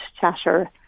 chatter